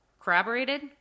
corroborated